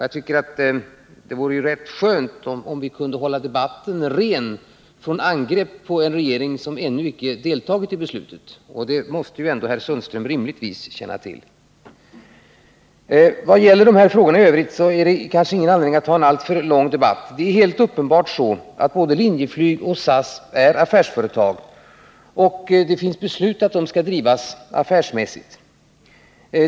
Jag tycker att det vore rätt skönt om vi kunde hålla debatten ren från angrepp på en regering som ännu icke deltagit i beslutet, vilket herr Sundström rimligtvis måste känna till. Vad i övrigt gäller dessa frågor är det kanske inte någon anledning att gå in på en alltför lång debatt. Det är emellertid helt uppenbart så att både Linjeflyg och SAS är affärsföretag, och det finns beslut som säger att de skall drivas affärsmässigt.